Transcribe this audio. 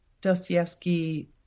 Dostoevsky